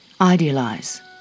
Idealize